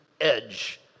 edge